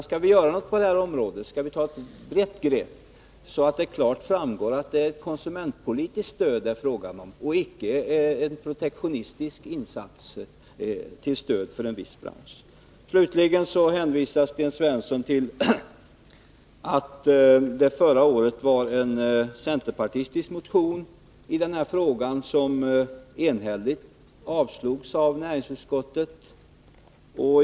Skall vi göra något på detta område skall vi ta ett brett grepp, så att det klart framgår att det handlar om ett konsumentpolitiskt stöd och inte en protektionistisk insats till stöd för en viss bransch. Sten Svensson hänvisar slutligen till att det förra året fanns en centerpartistisk motion i den här frågan som ett enhälligt näringsutskott avstyrkte.